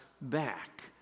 back